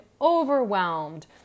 overwhelmed